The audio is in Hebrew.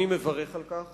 אני מברך על כך